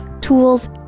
tools